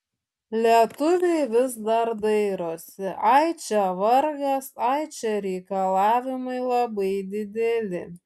lietuviai vis dar dairosi ai čia vargas ai čia reikalavimai labai dideli